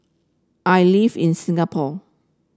I live in Singapore